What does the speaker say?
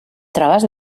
trobes